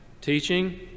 teaching